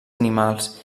animals